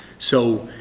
so,